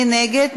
מי נגד?